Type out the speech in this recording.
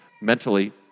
mentally